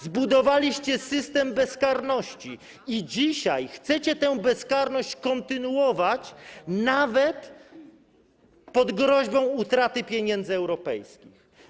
Zbudowaliście system bezkarności i dzisiaj chcecie tę bezkarność kontynuować nawet pod groźbą utraty pieniędzy europejskich.